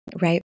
Right